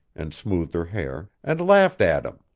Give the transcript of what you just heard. and smoothed her hair, and laughed at him.